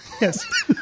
yes